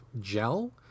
gel